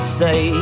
say